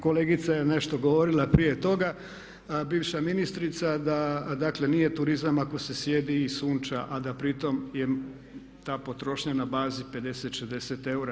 Kolegica je nešto govorila prije toga, bivša ministrica, da dakle nije turizam ako se sjedi i sunča a da pritom je ta potrošnja na bazi 50, 60 eura.